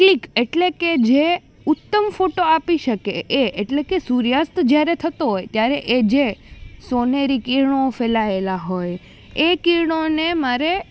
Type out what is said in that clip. click એટલે કે જે ઉત્તમ ફોટો આપી શકે એ એટલે કે સૂર્યાસ્ત જ્યારે થતો હોય ત્યારે એ જે સોનેરી કિરણો ફેલાયેલા હોય એ કિરણોને મારે